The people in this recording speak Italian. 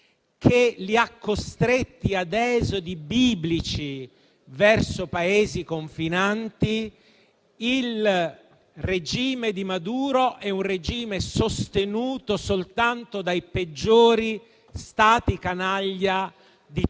e li ha costretti a esodi biblici verso i Paesi confinanti. Il regime di Maduro è sostenuto soltanto dai peggiori Stati canaglia di